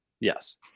Yes